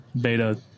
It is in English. beta